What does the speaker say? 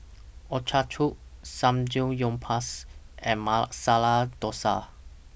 Ochazuke Samgeyopsal and Masala Dosa